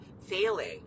failing